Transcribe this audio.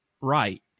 right